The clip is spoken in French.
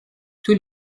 tous